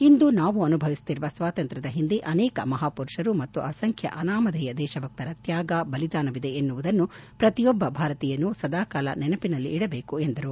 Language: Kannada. ಇಂದು ನಾವು ಅನುಭವಿಸುತ್ತಿರುವ ಸ್ನಾತಂತ್ರ್ಯದ ಹಿಂದೆ ಅನೇಕ ಮಹಾಪುರುಷರು ಮತ್ತು ಅಸಂಖ್ಯ ಅನಾಮಧೇಯ ದೇಶಭಕ್ತರ ತ್ನಾಗಬಲಿದಾನವಿದೆ ಎನ್ನುವುದನ್ನು ಪ್ರತಿಯೊಬ್ಬ ಭಾರತೀಯನೂ ಸದಾಕಾಲ ನೆನಪಿನಲ್ಲಿಡಬೇಕು ಎಂದು ಹೇಳಿದರು